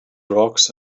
rocks